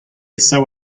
sav